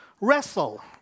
wrestle